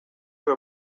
your